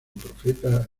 profeta